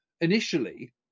initially